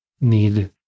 need